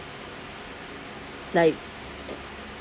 like